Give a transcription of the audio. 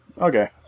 Okay